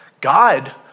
God